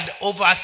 over